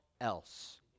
else